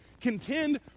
Contend